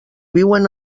viuen